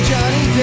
Johnny